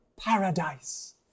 paradise